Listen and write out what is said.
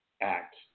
Act